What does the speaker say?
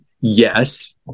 yes